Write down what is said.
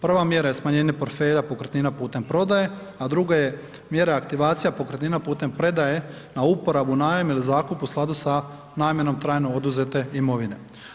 Prva mjera je smanjenje portfelja pokretnina putem prodaje, a druga je mjera aktivacije pokretnina putem predaje na uporabu, najam ili zakup u skladu sa namjenom trajno oduzete imovine.